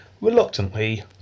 reluctantly